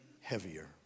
heavier